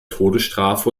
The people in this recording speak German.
todesstrafe